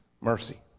Mercy